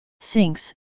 sinks